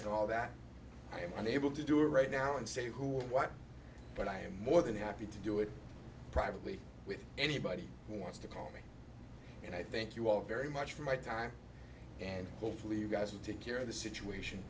all that i'm unable to do right now and say who or what but i am more than happy to do it privately with anybody who wants to call me and i thank you all very much for my time and hopefully you guys will take care of the situation